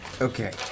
Okay